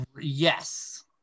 Yes